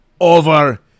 over